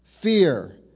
fear